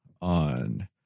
on